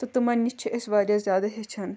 تہٕ تِمَن نِش چھِ أسۍ واریاہ زیادٕ ہیٚچھان